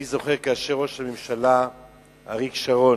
אני זוכר, כאשר ראש הממשלה אריק שרון,